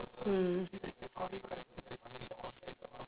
mm